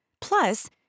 Plus